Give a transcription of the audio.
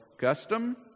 custom